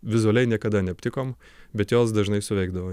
vizualiai niekada neaptikom bet jos dažnai suveikdavo